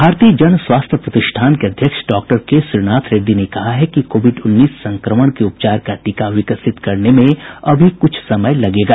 भारतीय जन स्वास्थ्य प्रतिष्ठान के अध्यक्ष डॉक्टर के श्रीनाथ रेड्डी ने कहा है कि कोविड उन्नीस संक्रमण के उपचार का टीका विकसित करने में अभी कुछ समय लगेगा